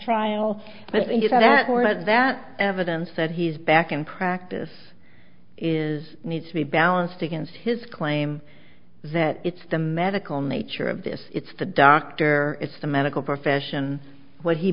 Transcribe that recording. know that more that evidence that he's back in practice is needs to be balanced against his claim that it's the medical nature of this it's the doctor it's the medical profession what he